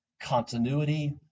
continuity